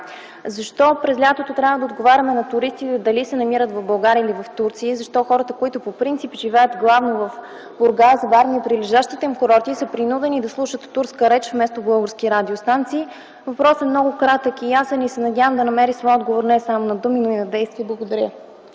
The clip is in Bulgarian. защо през лятото трябва да отговаряме на туристите дали се намират в България или в Турция? Защо хората, които живеят главно в Бургас, Варна и прилежащите им курорти, са принудени да слушат турска реч вместо български радиостанции? Въпросът е кратък и ясен и се надявам да намери своя отговор не само на думи, но и на действия. Благодаря.